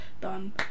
Done